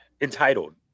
entitled